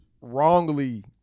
wrongly